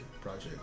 project